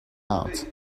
out